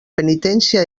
penitència